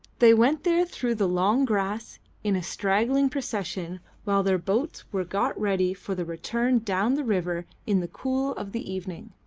they went there through the long grass in a straggling procession while their boats were got ready for the return down the river in the cool of the evening.